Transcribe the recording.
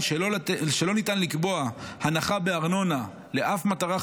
שלא ניתן לקבוע הנחה בארנונה לאף מטרה,